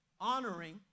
honoring